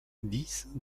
dix